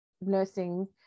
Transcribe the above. nursing